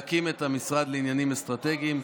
להקים את המשרד לעניינים אסטרטגיים.